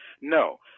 No